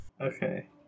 Okay